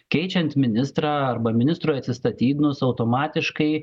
keičiant ministrą arba ministrui atsistatydinus automatiškai